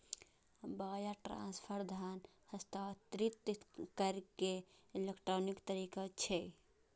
wire transfer धन हस्तांतरित करै के इलेक्ट्रॉनिक तरीका छियै